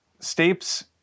Stapes